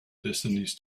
destinies